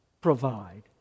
provide